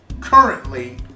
currently